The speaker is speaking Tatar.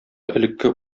элекке